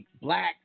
black